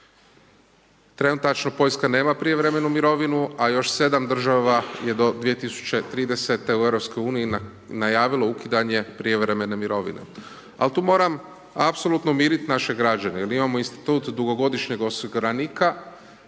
Trenutačno Poljska nema prijevremenu mirovinu, a još 7 država je dobilo, 2030. u Europskoj uniji na najavilo ukidanje prijevremene mirovine. Al tu moram apsolutno umirit naše građane, jer imamo institut dugogodišnjeg osiguranika,